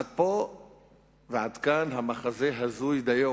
עד פה ועד כאן המחזה הזוי דיו,